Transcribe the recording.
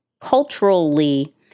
culturally